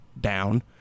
down